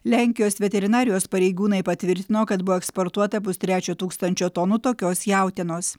lenkijos veterinarijos pareigūnai patvirtino kad buvo eksportuota pustrečio tūkstančio tonų tokios jautienos